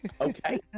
Okay